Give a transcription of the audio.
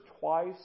twice